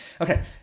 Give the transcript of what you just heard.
Okay